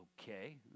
Okay